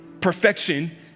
perfection